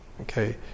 Okay